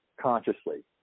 consciously